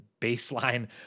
baseline